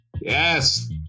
Yes